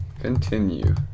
Continue